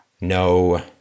No